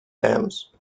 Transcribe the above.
dams